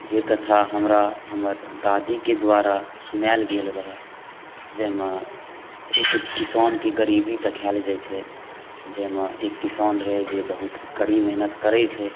जे कथा हमरा हमर दादीके द्वारा सुनायल गेल रहय जाहि मे एक किसानके गरीब देखायल जाइ छै जाहि मे एक किसान रहै जे बहुत करी मेहनत करै छै